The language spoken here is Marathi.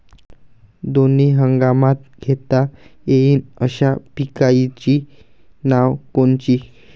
दोनी हंगामात घेता येईन अशा पिकाइची नावं कोनची?